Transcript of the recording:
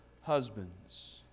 husbands